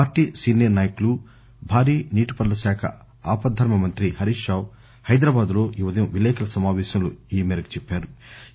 party senior నాయకులు భారీ నీటిపారుదల శాఖ ఆపద్దర్మ మంత్రి హరీశ్ రావు హైదరాబాద్ లో ఈ ఉదయం విలేకరుల సమాపేశంలో ఈ మేరకు చెప్పారు